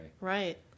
Right